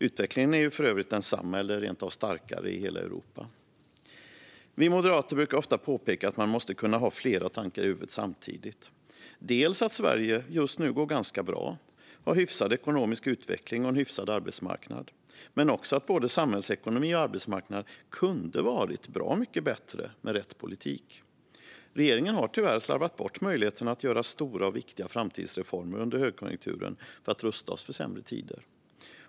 Utvecklingen är för övrigt densamma eller rent av starkare i hela Europa. Vi moderater brukar ofta påpeka att man måste kunna ha flera tankar i huvudet samtidigt. Sverige går just nu ganska bra, har en hyfsad ekonomisk utveckling och en hyfsad arbetsmarknad, men både samhällsekonomi och arbetsmarknad hade kunnat vara bra mycket bättre med rätt politik. Regeringen har tyvärr slarvat bort möjligheterna att göra stora och viktiga framtidsreformer under högkonjunkturen för att rusta oss för sämre tider.